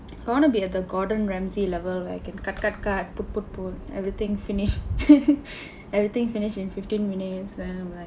I wanna be at the gordon ramsay level where you can cut cut cut put put put everything finish everything finish in fifteen minutes